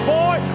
boy